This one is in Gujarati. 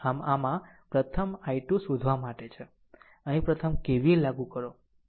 આમ આમાં પ્રથમ i2 શોધવા માટે છે અહીં પ્રથમ KVL લાગુ કરો